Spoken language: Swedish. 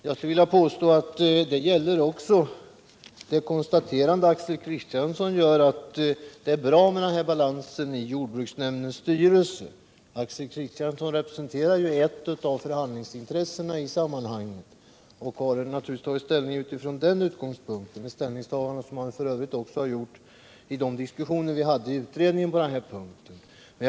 Jag vill påstå att det också gäller för det konstaterande Axel Kristiansson gör, att det är bra med balansen i jordbruksnämndens styrelse. Axel Kristiansson representerar ju ett av förhandlingsintressena i sammanhanget och har naturligtvis tagit ställning från den utgångspunkten — ett ställningstagande som man f. ö. också har gjort i de diskussioner vi hade i utredningen på den här punkten.